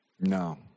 No